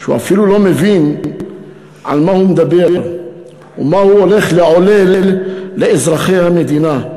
שהוא אפילו לא מבין על מה הוא מדבר ומה הוא הולך לעולל לאזרחי המדינה.